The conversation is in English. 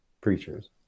preachers